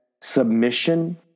submission